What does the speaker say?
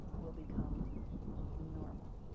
will become normal.